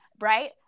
right